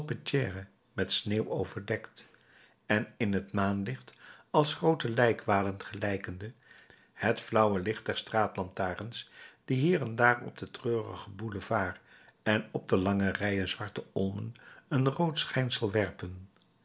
met sneeuw overdekt en in t maanlicht als groote lijkwaden gelijkende het flauwe licht der straatlantaarns die hier en daar op den treurigen boulevard en op de lange rijen zwarte olmen een rood schijnsel werpen